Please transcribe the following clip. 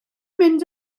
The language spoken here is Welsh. mynd